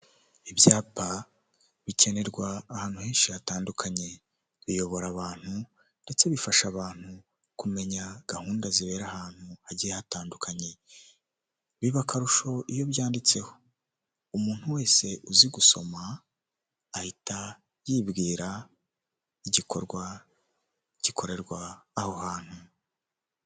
Ibyapa bikenerwa ahantu henshi hatandukanye, biyobora abantu ndetse bifasha abantu kumenya gahunda zibera ahantu hagiye hatandukanye, biba akarusho iyo byanditseho, umuntu wese uzi gusoma ahita yibwira igikorwa gikorerwa aho hantu.